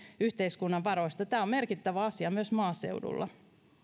yhteiskunnan varoista tämä on merkittävä asia myös maaseudulla